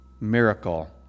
miracle